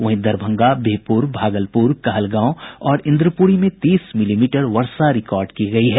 वहीं दरभंगा बिहपुर भागलपुर कहलगांव और इंद्रपुरी में तीस मिलीमीटर वर्षा रिकार्ड की गयी है